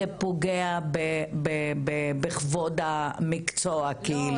זה פוגע בכבוד המקצוע כאילו,